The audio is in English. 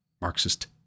Marxist